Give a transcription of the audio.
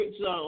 zone